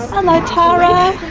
hello tara.